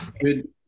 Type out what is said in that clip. Good